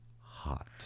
hot